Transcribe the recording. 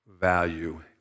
value